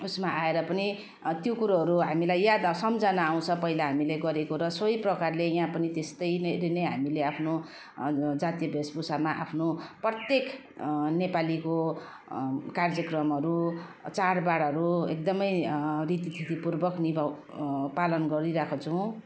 उसमा आएर पनि त्यो कुरोहरू हामीलाई याद अ सम्झना आउँछ पहिला हामीले गरेको र सोही प्रकारले यहाँ पनि त्यस्तै नै हामीले आफ्नो जातीय भेषभूषामा आफ्नो प्रत्येक नेपालीको कार्यक्रमहरू चाडबाडहरू एकदमै रीतिथिती पुर्वक निभाउ पालन गरिरहेको छौँ